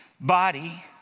body